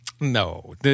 No